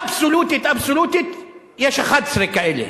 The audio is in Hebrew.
אבסולוטית, יש 11 כאלה,